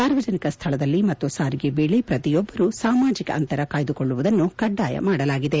ಸಾರ್ವಜನಿಕ ಸ್ಥಳದಲ್ಲಿ ಮತ್ತು ಸಾರಿಗೆ ವೇಳೆ ಪ್ರತಿಯೊಬ್ಲರು ಸಾಮಾಜಿಕ ಅಂತರ ಕಾಯ್ದುಕೊಳ್ಳುವುದನ್ನು ಕಡ್ಡಾಯ ಮಾಡಲಾಗಿದೆ